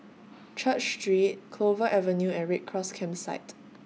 Church Street Clover Avenue and Red Cross Campsite